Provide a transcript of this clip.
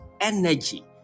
energy